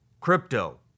Crypto